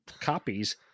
copies